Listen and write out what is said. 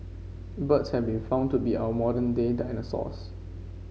birds have been found to be our modern day dinosaurs